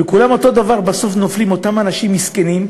ב-כולם אותו דבר בסוף נופלים אותם אנשים מסכנים,